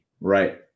Right